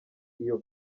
iyo